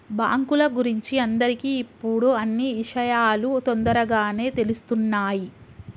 బాంకుల గురించి అందరికి ఇప్పుడు అన్నీ ఇషయాలు తోందరగానే తెలుస్తున్నాయి